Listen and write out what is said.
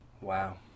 Wow